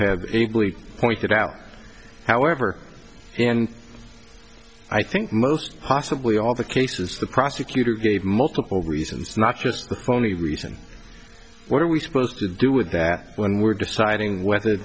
have pointed out however and i think most possibly all the cases the prosecutor gave multiple reasons not just the phony reason what are we supposed to do with that when we're deciding whether